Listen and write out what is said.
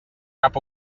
cap